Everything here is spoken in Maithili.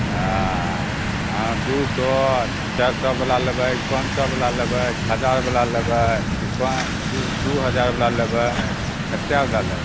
हँ हँ दू सए चारि सए बला लेबै की पाँच सए बला लेबै की हजार बला लेबै की दू हजार बला लेबै कतेक बला लेबै